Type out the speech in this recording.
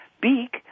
beak